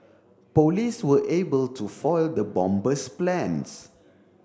police were able to foil the bomber's plans